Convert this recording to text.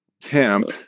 temp